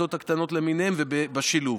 הכיתות הקטנות למיניהן ובשילוב.